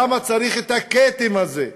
למה צריך את הכתם הזה?